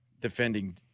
defending